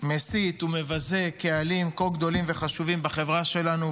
שמסית ומבזה קהלים כה גדולים וחשובים בחברה שלנו,